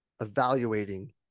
evaluating